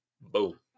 Boom